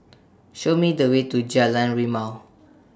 Show Me The Way to Jalan Rimau